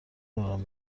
ندارم